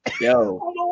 Yo